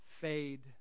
fade